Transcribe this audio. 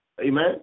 amen